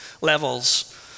levels